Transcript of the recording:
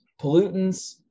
pollutants